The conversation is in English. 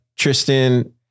Tristan